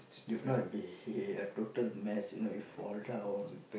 if not be he had total mess you know if fall down